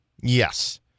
Yes